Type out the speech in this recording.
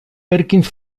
perkins